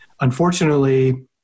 Unfortunately